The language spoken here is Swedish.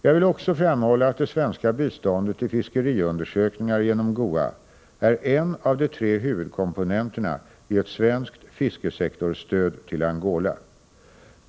Jag vill också framhålla att det svenska biståndet till fiskeriundersökningar genom GOA är en av tre huvudkomponenter i ett svenskt fiskesektorsstöd till Angola.